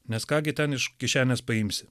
nes ką gi ten iš kišenės paimsi